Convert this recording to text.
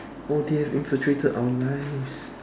oh they have infiltrated our lives